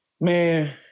Man